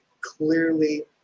clearly